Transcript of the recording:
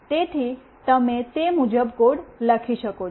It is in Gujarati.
તેથી તમે તે મુજબ કોડ લખી શકો છો